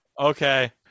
Okay